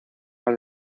más